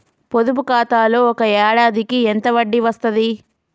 పొదుపు ఖాతాలో ఒక ఏడాదికి ఎంత వడ్డీ వస్తది?